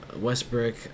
Westbrook